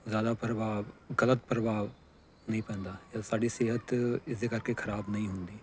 ਜ਼ਿਆਦਾ ਪ੍ਰਭਾਵ ਗਲਤ ਪ੍ਰਭਾਵ ਨਹੀਂ ਪੈਂਦਾ ਸਾਡੀ ਸਿਹਤ ਇਸਦੇ ਕਰਕੇ ਖ਼ਰਾਬ ਨਹੀਂ ਹੁੰਦੀ